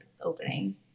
opening